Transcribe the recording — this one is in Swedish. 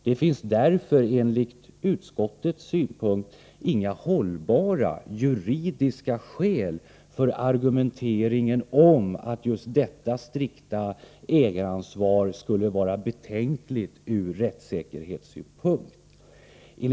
Det finns därför enligt utskottets mening inga hållbara juridiska skäl för argumenteringen att just detta strikta ägaransvar skulle vara betänkligt ur rättssäkerhetssynpunkt.